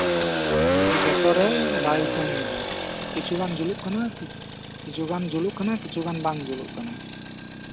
ᱟᱨᱠᱤ ᱡᱚᱛᱚ ᱨᱮ ᱵᱟᱭ ᱠᱟᱢᱤᱭᱮᱫᱟ ᱠᱤᱪᱷᱩ ᱨᱮ ᱡᱩᱞᱩᱜ ᱠᱟᱱᱟ ᱠᱤᱪᱷᱩ ᱨᱮ ᱵᱟᱝ ᱡᱩᱞᱩᱜ ᱠᱟᱱᱟ